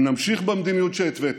אם נמשיך במדיניות שהתוויתי,